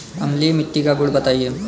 अम्लीय मिट्टी का गुण बताइये